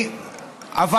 אבל,